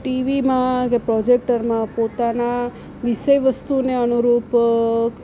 ટીવીમાં કે પ્રોજેક્ટરમાં પોતાના વિષય વસ્તુને અનુરૂપ